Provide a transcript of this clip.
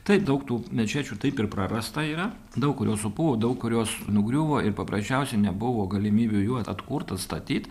taip daug tų mečečių taip ir prarasta yra daug kurios supuvo daug kurios nugriuvo ir paprasčiausiai nebuvo galimybių jų atkurt atstatyt